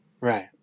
Right